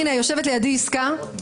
יושבת לידי יסכה,